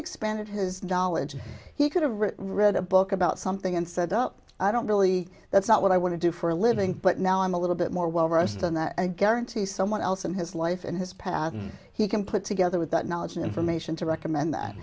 expanded his knowledge he could've written read a book about something and said up i don't really that's not what i want to do for a living but now i'm a little bit more well of us than that i guarantee someone else in his life and his path he can put together with that knowledge and information to recommend that